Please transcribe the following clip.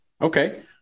okay